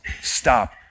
Stop